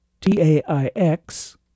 T-A-I-X